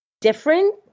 different